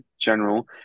general